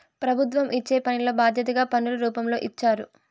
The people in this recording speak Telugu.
ప్రభుత్వం ఇచ్చే పనిలో బాధ్యతగా పన్నుల రూపంలో ఇచ్చారు